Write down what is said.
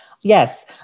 Yes